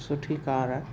सुठी कार आहे